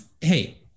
Hey